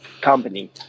company